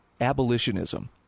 abolitionism